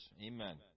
Amen